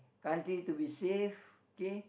country to be safe okay